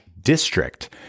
district